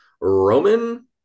Roman